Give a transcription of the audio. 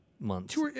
Months